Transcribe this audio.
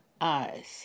eyes